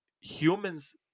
humans